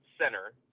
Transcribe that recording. center